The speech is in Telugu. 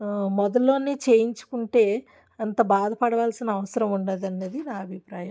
మొదల్లోనే చేయించుకుంటే అంత బాధ పడవాల్సిన అవసరం ఉండదు అన్నది నా అభిప్రాయం